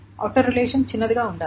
outer relation చిన్నదిగా ఉండాలి